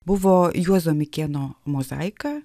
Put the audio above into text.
buvo juozo mikėno mozaika